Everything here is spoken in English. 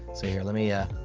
so here, let me ah.